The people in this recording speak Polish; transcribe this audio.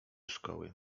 szkoły